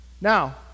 Now